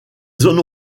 zones